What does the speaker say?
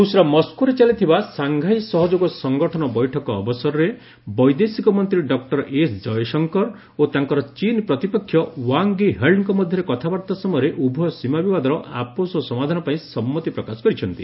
ରୁଷ୍ର ମସ୍କୋରେ ଚାଲିଥିବା ସାଂଘାଇ ସହଯୋଗ ସଂଗଠନ ବୈଠକ ଅବସରରେ ବୈଦେଶିକ ମନ୍ତ୍ରୀ ଡକ୍ଟର ଏସ୍ ଜୟଶଙ୍କର ଓ ତାଙ୍କର ଚୀନ୍ ପ୍ରତିପକ୍ଷ ୱାଙ୍ଗ୍ ଇ ହେଲ୍ଙ୍କ ମଧ୍ୟରେ କଥାବାର୍ତ୍ତା ସମୟରେ ଉଭୟ ସୀମା ବିବାଦର ଆପୋଷ ସମାଧାନ ପାଇଁ ସମ୍ମତି ପ୍ରକାଶ କରିଛନ୍ତି